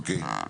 אוקיי.